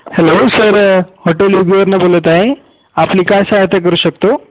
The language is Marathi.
हॅलो सर हॉटेल ऋग्वेदवरून बोलत आहे आपली काय सहाय्यता करू शकतो